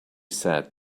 said